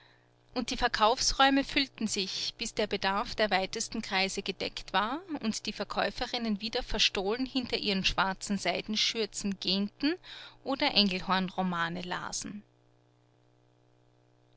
und die verkaufsräume füllten sich bis der bedarf der weitesten kreise gedeckt war und die verkäuferinnen wieder verstohlen hinter ihren schwarzen seidenschürzen gähnten oder engelhornromane lasen